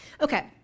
Okay